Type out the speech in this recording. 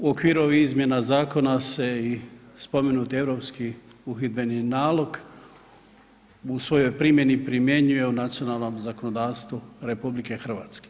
U okviru ovih izmjena zakona se i spomenuti europskih uhidbeni nalog u svojoj primjeni primjenjuje u nacionalnom zakonodavstvu RH.